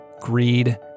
greed